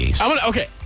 Okay